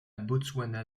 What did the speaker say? botswana